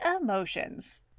emotions